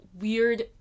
weird